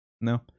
No